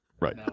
Right